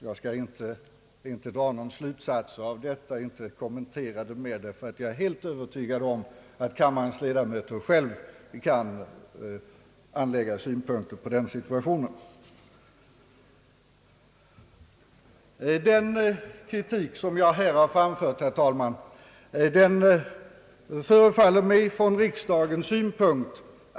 Jag skall inte dra några slutsatser av detta och inte kommentera det mera, ty jag är fullt övertygad om att kammarens ledamöter själva kan anlägga synpunkter på den situationen. Den kritik som jag här har framfört, herr talman, förefaller mig allvarlig nog från riksdagens synpunkt.